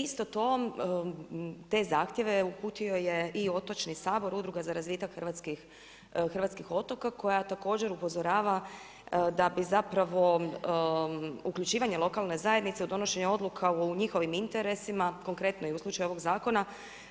Isto to, te zahtjeve uputio je i Otočni sabor Udruga za razvitak hrvatskih otoka koja također upozorava da bi uključivanje lokalne zajednice o donošenja odluka u njihovim interesima, konkretno i u slučaju ovog zakona